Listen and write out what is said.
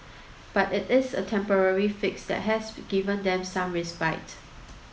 but it is a temporary fix that has given them some respite